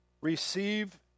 Receive